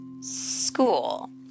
School